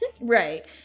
Right